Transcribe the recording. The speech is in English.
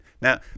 Now